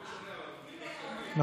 לא משנה, אבל עומדים בפקקים.